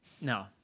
No